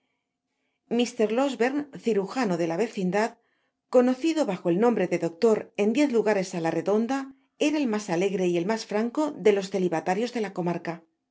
mr losberne cirujano de la vecindad conocido bajo el nombre de doctor en diez lugares á la redonda era el mas alegre y el mas franco de los celibatanos de la comarca